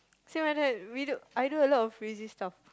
same like that we do I do a lot of crazy stuffs